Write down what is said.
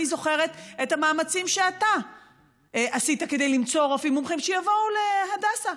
אני זוכרת את המאמצים שאתה עשית כדי למצוא רופאים מומחים שיבואו להדסה.